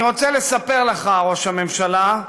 אני רוצה לספר לך, ראש הממשלה,